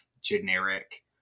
generic